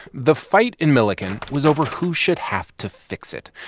the fight in milliken was over who should have to fix it.